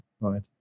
right